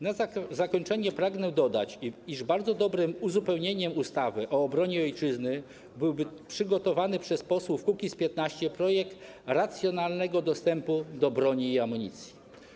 Na zakończenie pragnę dodać, że bardzo dobrym uzupełnieniem ustawy o obronie ojczyzny byłby przygotowany przez posłów Kukiz’15 projekt dotyczący racjonalnego dostępu do broni i amunicji.